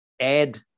add